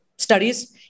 studies